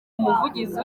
umuvugizi